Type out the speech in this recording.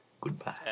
Goodbye